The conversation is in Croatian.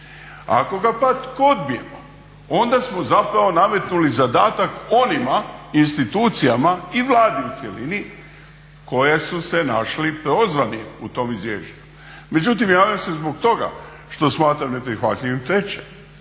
Ako ga pak odbijemo onda smo zapravo nametnuli zadatak onima institucijama i Vlade u cjelini koje su se našli prozvani u tom izvješću. Međutim javljam se zbog toga što smatram neprihvatljivim treće,